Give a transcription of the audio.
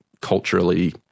culturally